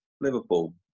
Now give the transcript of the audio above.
Liverpool